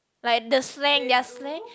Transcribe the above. like the slang their slang